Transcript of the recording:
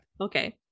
okay